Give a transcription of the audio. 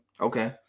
Okay